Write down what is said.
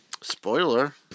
Spoiler